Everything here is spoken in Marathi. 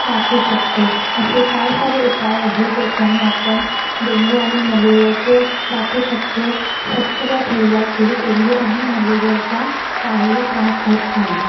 वाचू शकतो असे फार सारे उपाय आहे ज्याच्याने आपण डेंगू आणि मलेरियाचे वाचू शकतो स्वच्छता ठेवलं की टेंगू आणि मलेरियाचा काहीही त्रास होत नाही